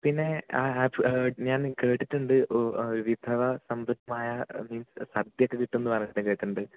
പിന്നെ ഞാൻ കേട്ടിട്ടുണ്ട് വിഭവ സമൃദ്ധമായ മീൻസ് സദ്യയൊക്കെ കിട്ടും എന്ന് പറയുന്ന കേട്ടിട്ടുണ്ട്